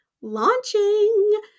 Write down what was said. launching